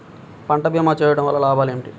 పంట భీమా చేయుటవల్ల లాభాలు ఏమిటి?